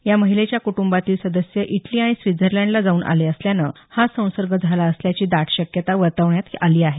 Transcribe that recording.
या महिलेच्या कुटुंबातील सदस्य इटली आणि स्वित्झर्लंडला जाऊन आले असल्यानं हा संसर्ग झाला असल्याची दाट शक्यता वर्तवण्यात आली आहे